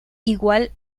igual